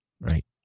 Right